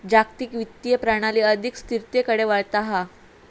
जागतिक वित्तीय प्रणाली अधिक स्थिरतेकडे वळता हा